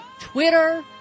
Twitter